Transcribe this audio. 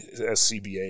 SCBA